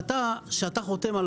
כשאתה חותם על